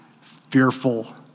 fearful